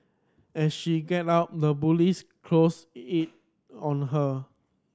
as she get up the bullies close in on her